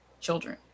children